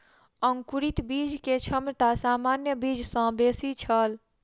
अंकुरित बीज के क्षमता सामान्य बीज सॅ बेसी छल